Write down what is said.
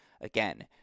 again